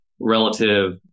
relative